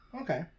okay